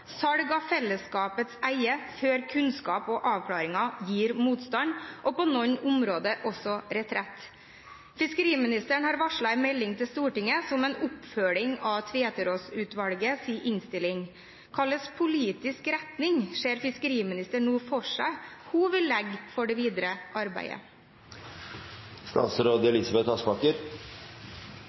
Salg av fellesskapets eie før kunnskap og avklaringer gir motstand, og på noen områder også retrett. Fiskeriministeren har varslet en melding til Stortinget som en oppfølging av Tveterås-utvalgets innstilling. Hvilken politisk retning ser fiskeriministeren nå for seg at hun vil legge for det videre arbeidet?